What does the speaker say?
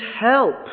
help